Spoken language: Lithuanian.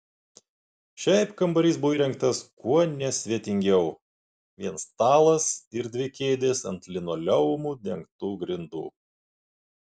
šiaip kambarys buvo įrengtas kuo nesvetingiau vien stalas ir dvi kėdės ant linoleumu dengtų grindų